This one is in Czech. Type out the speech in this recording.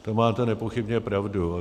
To máte nepochybně pravdu.